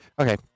Okay